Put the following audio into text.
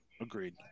Agreed